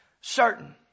certain